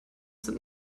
sind